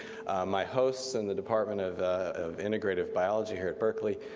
my hosts in the department of of integrative biology here at berkeley.